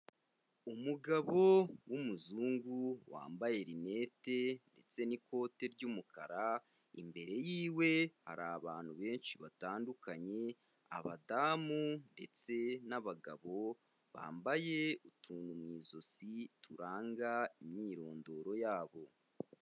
Umugabo w' umuzungu, wambaye rinete, ndetse n'ikote ry'umukara, imbere yiwe, hari abantu benshi batandukanye, abadamu ndetse n'abagabo bambaye utuntu mu ijosi, turanga imyirondoro yabo.